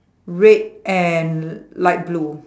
red and light blue